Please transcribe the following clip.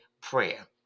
prayer